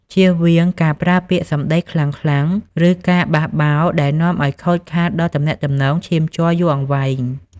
ជៀសវាងការប្រើពាក្យសម្តីខ្លាំងៗ ឬការបះបោរដែលនាំឱ្យខូចខាតដល់ទំនាក់ទំនងឈាមជ័រយូរអង្វែង។